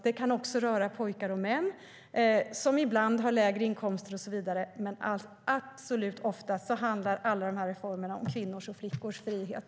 Det kan också röra pojkar och män som ibland har lägre inkomster och så vidare, men absolut oftast handlar de här reformerna om kvinnors och flickors frihet.